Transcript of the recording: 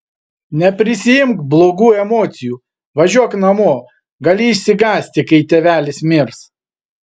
neprisiimk blogų emocijų važiuok namo gali išsigąsti kai tėvelis mirs